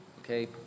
Okay